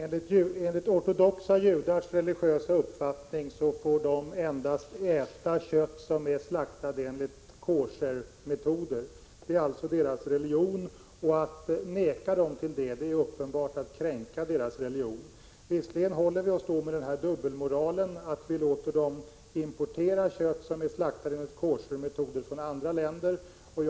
Herr talman! Ortodoxa judar får enligt sin religion endast äta kött från djur som slaktats enligt koschermetoder. Att neka dem det är uppenbart att kränka deras religion. Visserligen håller vi oss med den dubbelmoralen att vi låter dem importera kött från djur som är slaktade enligt koschermetoder i andra länder, men jag anser ändå att detta är diskriminering.